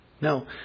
No